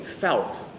felt